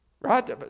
Right